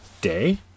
day